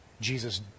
Jesus